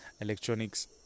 electronics